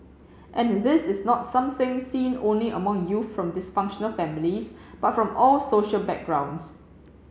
and this is not something seen only among youth from dysfunctional families but from all social backgrounds